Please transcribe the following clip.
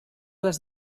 les